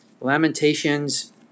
Lamentations